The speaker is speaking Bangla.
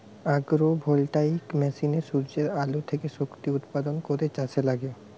আগ্রো ভোল্টাইক মেশিনে সূর্যের আলো থেকে শক্তি উৎপাদন করে চাষে লাগে